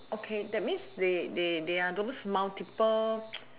okay that means they are those multiple